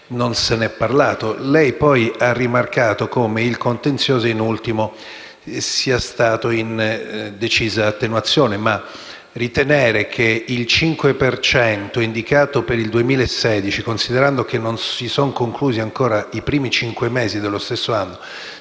non si è parlato. Lei poi ha rimarcato come il contenzioso, in ultimo, sia stato in decisa attenuazione, ma ritenere che il 5 per cento, indicato per il 2016, considerando che non si sono conclusi ancora i primi cinque mesi dello stesso anno,